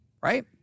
right